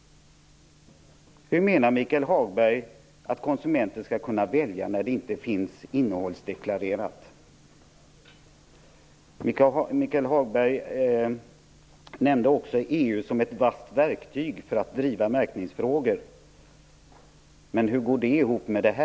Hur menar Michael Hagberg att konsumenten skall kunna välja när det inte finns innehållsdeklarationer? Michael Hagberg nämnde också EU som ett vasst verktyg för att driva märkningsfrågor, men hur går det ihop med detta?